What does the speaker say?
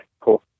cool